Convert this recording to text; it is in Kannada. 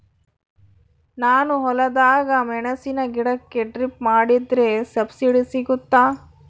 ನಾನು ಹೊಲದಾಗ ಮೆಣಸಿನ ಗಿಡಕ್ಕೆ ಡ್ರಿಪ್ ಮಾಡಿದ್ರೆ ಸಬ್ಸಿಡಿ ಸಿಗುತ್ತಾ?